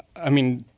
i mean,